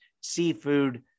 seafood